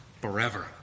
forever